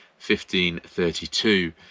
1532